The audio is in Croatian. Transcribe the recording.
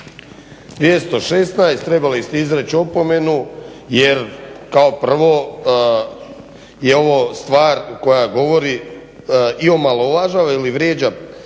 216. Trebali ste izreći opomenu jer kao prvo je ovo stvar koja govori i omalovažava ili vrijeđa